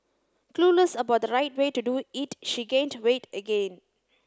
clueless about the right way to do it she gained weight again